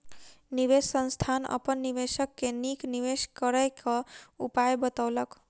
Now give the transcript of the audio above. निवेश संस्थान अपन निवेशक के नीक निवेश करय क उपाय बतौलक